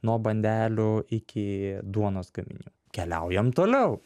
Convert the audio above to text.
nuo bandelių iki duonos gaminių keliaujam toliau